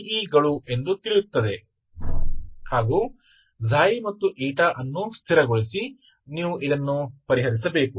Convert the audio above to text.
E ಗಳು ಎಂದು ತಿಳಿಯುತ್ತದೆ ಹಾಗೂ ξ ಮತ್ತು η ಅನ್ನು ಸ್ಥಿರಗೊಳಿಸಿ ನೀವು ಇದನ್ನು ಪರಿಹರಿಸಬೇಕು